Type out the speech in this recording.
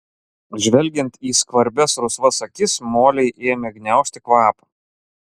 žvelgiant į skvarbias rusvas akis molei ėmė gniaužti kvapą